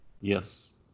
Yes